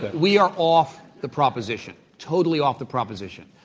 we are off the proposition. totally off the proposition.